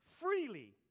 freely